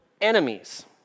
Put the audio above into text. enemies